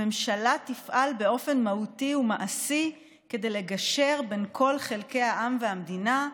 הממשלה תפעל באופן מהותי ומעשי כדי לגשר בין כל חלקי העם והמדינה,